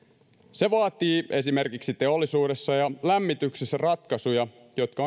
se vaatii esimerkiksi teollisuudessa ja lämmityksessä ratkaisuja jotka